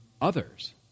others